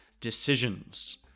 decisions